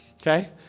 okay